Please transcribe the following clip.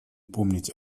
помнить